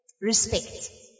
Respect